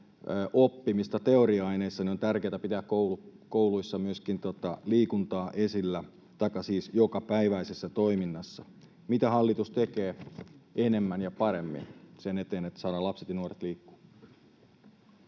oppimista teoria-aineissa, on tärkeätä pitää kouluissa liikuntaa esillä, siis jokapäiväisessä toiminnassa. Mitä hallitus tekee enemmän ja paremmin sen eteen, että saadaan lapset ja nuoret liikkumaan?